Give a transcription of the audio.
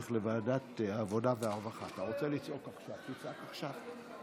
על פי הצעת החוק, הצעת